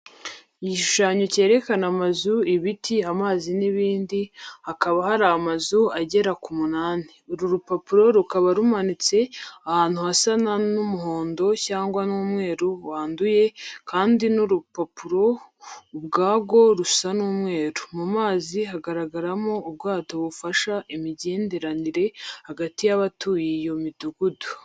Igishushanyo cyerekana amazu, ibiti, amazi n'ibindi hakaba hari amazu agera k'umunani. Uru rupapuro rukaba rumanitse ahantu hasa na n'umuhondo cyangwa n'umweru wanduye, kandi n'urupapuro ubwarwo rusa n'umweru. Mu mazi hagaragaramo ubwato bufasha imigenderanire hagati y'abatuye iyo midugudu.